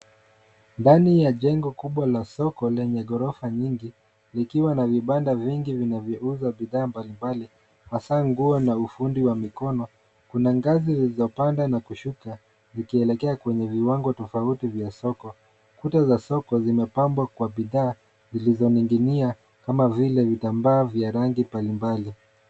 Ndani ya jengo kubwa la soko lenye gorofa nyingi likiwa na vibanda vingi vinavyouza bidhaa mbalimbali hasa nguo na ufundi wa mikono. Kuna ngazi za kupanda na kushuka zikielekea kwenye viwango tofauti vya soko. Kuta za soko zimepambwa kwa bidhaa zilizoning'inia kama vile vitambaa vya rangi mbalimbali.